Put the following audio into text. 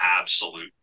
absolute